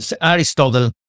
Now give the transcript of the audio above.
Aristotle